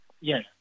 Yes